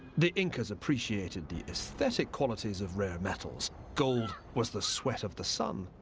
the lncas appreciated the aesthetic qualities of rare metals gold was the sweat of the sun,